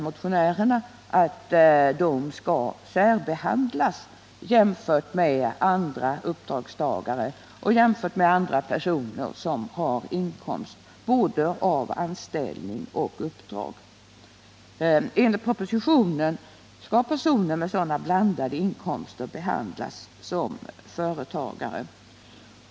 Motionärerna vill att sådana personer skall särbehandlas jämfört med andra personer som har inkomster av både anställning och uppdrag. Enligt propositionens förslag skall personer med sådana blandade inkomster behandlas som företagare.